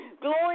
Glory